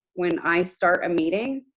when i start a meeting,